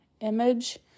image